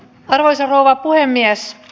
arvoisa rouva puhemies